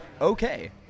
okay